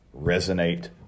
resonate